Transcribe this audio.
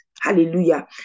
Hallelujah